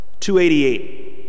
288